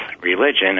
religion